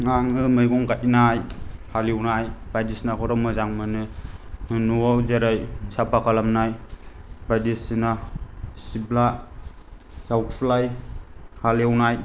आङो मैगं गायनाय हाल एवनाय बायदिसिनाफोरखौ मोजां मोनो न'वाव जेरै साफाखालामनाय बायदिसिना सिबला जावखुलाय हालेवनाय